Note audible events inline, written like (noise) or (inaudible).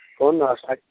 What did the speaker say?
کون (unintelligible)